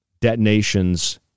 detonations